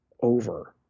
over